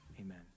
Amen